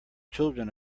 children